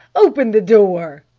open the door!